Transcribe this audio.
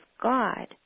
God